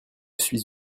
suis